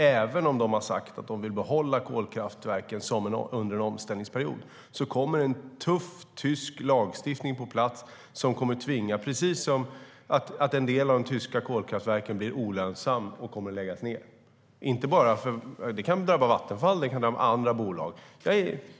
Även om man har sagt att man vill behålla kolkraftverken under en omställningsperiod kommer en tuff tysk lagstiftning på plats, som kommer att innebära att en del av de tyska kolkraftverken blir olönsamma och kommer att läggas ned. Det kan drabba Vattenfall eller andra bolag.